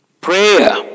Prayer